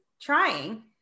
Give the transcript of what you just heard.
trying